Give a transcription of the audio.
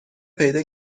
پیدا